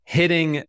hitting